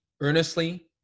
earnestly